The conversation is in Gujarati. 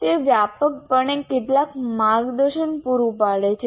તે વ્યાપકપણે કેટલાક માર્ગદર્શન પૂરું પાડે છે